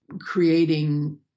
creating